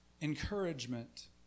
encouragement